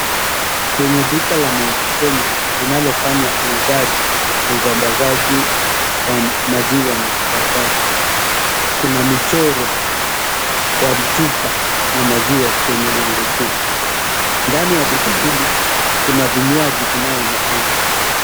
Kwenye duka la Mount Kenya linalofanya uuzaji na usambazaji wa maziwa na bidhaa zake. Kuna michoro wa chupa na maziwa kwenye lango kuu. Ndani ya duka hili kuna vinywaji vinayoonekana.